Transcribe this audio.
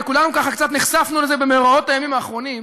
וכולנו קצת נחשפנו לזה במאורעות הימים האחרונים,